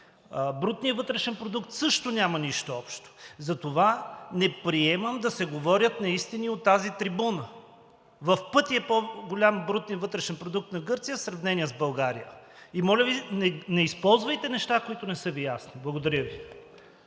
брутният вътрешен продукт също няма нищо общо. Затова не приемам да се говорят неистини от тази трибуна. В пъти повече е по-голям брутният вътрешен продукт на Гърция в сравнение с България. Моля Ви, не използвайте неща, които не са Ви ясни. Благодаря Ви.